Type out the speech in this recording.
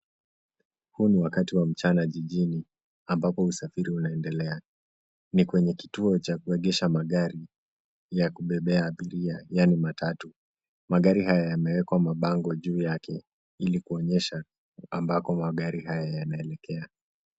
Huu ni wakati wa mchana jijini ambapo usafiri unaendelea. Ni kwenye kituo cha kuegesha magari ya kubebea abiria, yaani matatu. Magari haya yamewekwa mabango juu yake ili kuonesha ambako magari haya yanaelekea.